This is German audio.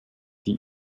die